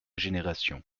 génération